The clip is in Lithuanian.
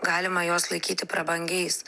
galima juos laikyti prabangiais